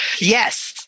Yes